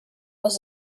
was